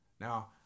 Now